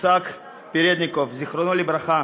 איסק פלדניקוב, זיכרונו לברכה,